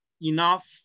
enough